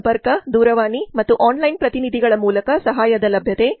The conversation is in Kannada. ಸಂಪರ್ಕ ದೂರವಾಣಿ ಮತ್ತು ಆನ್ಲೈನ್ ಪ್ರತಿನಿಧಿಗಳ ಮೂಲಕ ಸಹಾಯದ ಲಭ್ಯತೆ